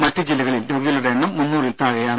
മറ്റ് ജില്ലകളിൽ രോഗികളുടെ എണ്ണം മുന്നൂറിൽ താഴെയാണ്